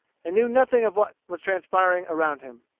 and knew nothing of what was transpiring around him.